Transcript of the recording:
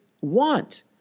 want